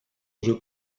уже